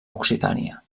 occitània